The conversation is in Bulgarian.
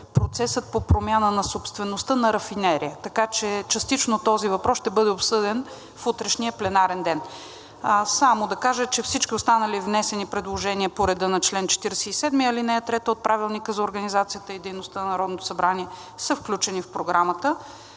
процеса по промяна на собствеността на рафинерията, така че частично този въпрос ще бъде обсъден в утрешния пленарен ден. Само да кажа, че всички останали внесени предложения по реда на чл. 47, ал. 3 от Правилника за организацията